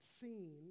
seen